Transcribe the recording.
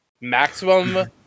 Maximum